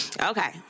Okay